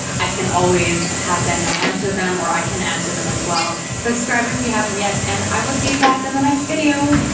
i can always have danielle answer them or i can answer them as well. subscribe if you haven't yet and i will see you guys in the next video.